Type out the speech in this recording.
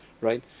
right